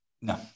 No